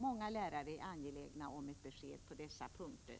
Många lärare är angelägna om ett besked på dessa punkter.